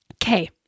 Okay